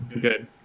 Good